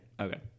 Okay